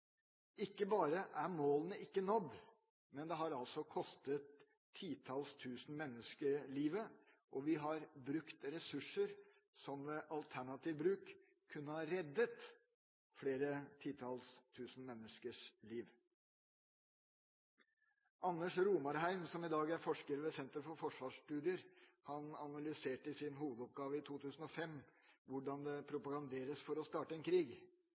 Ikke bare er målene ikke nådd, men det har altså kostet titalls tusen mennesker livet, og vi har brukt ressurser som ved alternativ bruk kunne ha reddet flere titalls tusen menneskers liv. Anders Romarheim, som i dag er forsker ved Institutt for forsvarsstudier, analyserte i sin hovedoppgave i 2005 hvordan det propaganderes for å starte en krig.